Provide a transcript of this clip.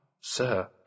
sir